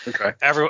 Okay